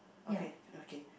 okay okay